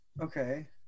Okay